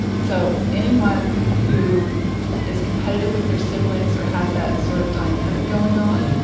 so, anyone who is competitive with their siblings or has that sort of dynamic going on,